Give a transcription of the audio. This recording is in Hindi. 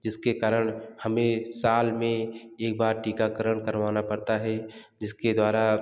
जिसके कारण हमें साल में एक बार टीकाकरण करवाना पड़ता है जिसके द्वारा